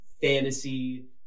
fantasy